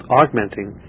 augmenting